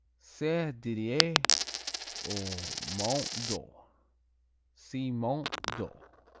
saint-didier au mont d'or see mont d'or.